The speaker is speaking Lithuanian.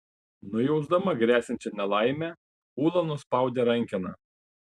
nujausdama gresiančią nelaimę ula nuspaudė rankeną